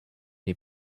die